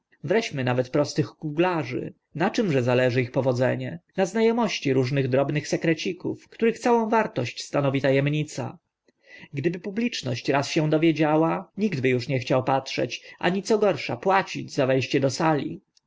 nawet prostych kuglarzy na czymże zależy ich powodzenie na zna omości różnych drobnych sekrecików których całą wartość stanowi ta emnica gdyby publiczność raz się ich dowiedziała nikt by uż nie chciał patrzeć ani co gorsza płacić za we ście do sali